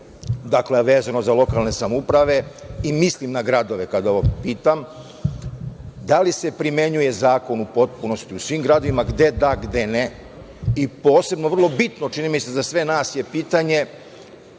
pitanje, vezano za lokalne samouprave, i mislim na gradove kada ovo pitam – da li se primenjuje zakon u potpunosti u svim gradovima, gde - da, gde – ne, i posebno vrlo bitno, čini mi se za sve nas je pitanje